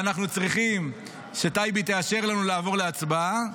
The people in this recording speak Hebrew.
ואנחנו צריכים שטייבי תאשר לנו לעבור להצבעה.